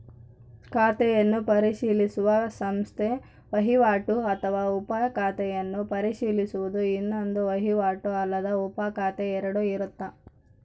ಖಾತೆಯನ್ನು ಪರಿಶೀಲಿಸುವ ಸಂಸ್ಥೆ ವಹಿವಾಟು ಅಥವಾ ಉಪ ಖಾತೆಯನ್ನು ಪರಿಶೀಲಿಸುವುದು ಇನ್ನೊಂದು ವಹಿವಾಟು ಅಲ್ಲದ ಉಪಖಾತೆ ಎರಡು ಇರುತ್ತ